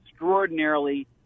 extraordinarily